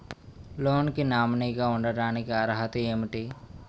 Loan కి nominee గా ఉండటానికి అర్హత ఏమిటి?